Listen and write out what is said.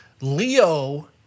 Leo